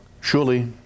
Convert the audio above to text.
surely